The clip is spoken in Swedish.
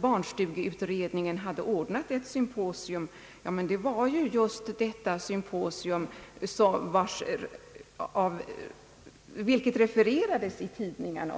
barnstugeutredningen hade ordnat ett symposium. Men det var ju just detta symposium som refererades i tidningarna.